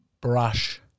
brush